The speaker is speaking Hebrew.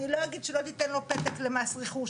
אני לא אגיד שלא תיתן לו פתק למס רכוש.